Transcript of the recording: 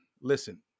Listen